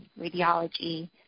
radiology